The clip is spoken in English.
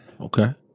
Okay